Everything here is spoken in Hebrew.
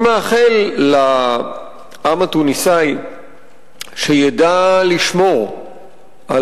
אני מאחל לעם התוניסאי שידע לשמור על